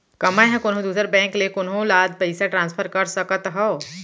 का मै हा कोनहो दुसर बैंक ले कोनहो ला पईसा ट्रांसफर कर सकत हव?